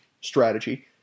strategy